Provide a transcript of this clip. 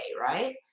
right